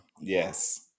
yes